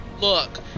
Look